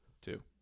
Two